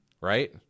right